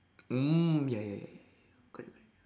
mm ya ya ya ya ya correct correct